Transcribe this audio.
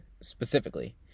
specifically